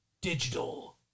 Digital